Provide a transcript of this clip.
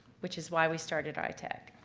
which is why we started itech.